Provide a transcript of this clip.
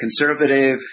conservative